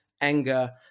anger